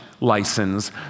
license